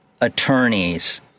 attorneys